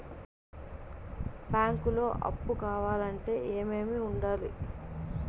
బ్యాంకులో అప్పు కావాలంటే ఏమేమి ఉండాలి?